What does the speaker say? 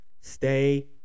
Stay